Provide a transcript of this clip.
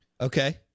Okay